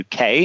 UK